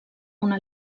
una